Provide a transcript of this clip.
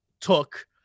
took